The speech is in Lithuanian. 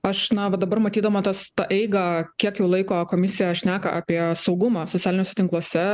aš na va dabar matydama tas tą eigą kiek jau laiko komisija šneka apie saugumą socialiniuose tinkluose